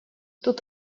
тут